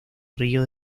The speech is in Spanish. río